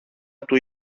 του